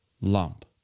lump